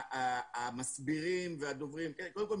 המסבירים והדוברים קודם כל,